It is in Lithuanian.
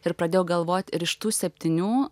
ir pradėjau galvot ir iš tų septynių